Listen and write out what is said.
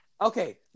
okay